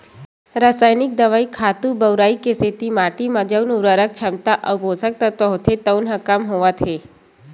रसइनिक दवई, खातू बउरई के सेती माटी म जउन उरवरक छमता अउ पोसक तत्व होथे तउन ह कम होवत हे